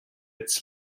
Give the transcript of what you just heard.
its